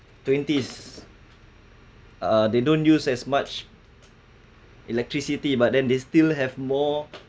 twenties uh they don't use as much electricity but then they still have more